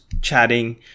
chatting